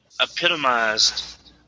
epitomized